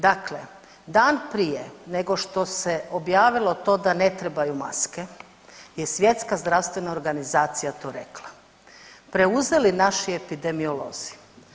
Dakle, dan prije nego što se objavilo to da ne trebaju maske je Svjetska zdravstvena organizacija rekla, preuzeli naši epidemiolozi.